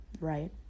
right